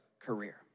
career